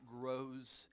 grows